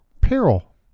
Peril